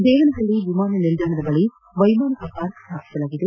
ದೇವನಹಳ್ಳಿ ವಿಮಾನ ನಿಲ್ದಾಣದ ಬಳಿ ವೈಮಾನಿಕ ಪಾರ್ಕ್ ಸ್ಥಾಪಿಸಲಾಗಿದೆ